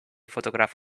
photograph